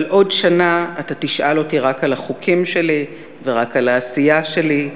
אבל עוד שנה אתה תשאל אותי רק על החוקים שלי ורק על העשייה שלי,